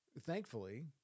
Thankfully